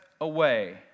away